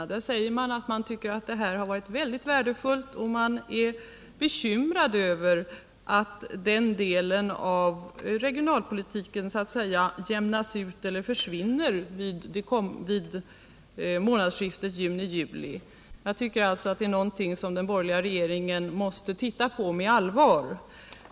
Där har man i stället sagt mig att man tycker att sänkningen av arbetsgivaravgiften varit värdefull men att man är bekymrad över att den delen av regionalpolitiken skall så att säga jämnas ut eller försvinna vid månadsskiftet juni-juli. Jag tycker att detta är en sak som den borgerliga regeringen måste allvarligt undersöka.